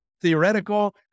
theoretical